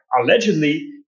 allegedly